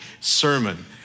sermon